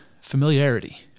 familiarity